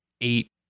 eight